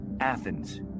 Athens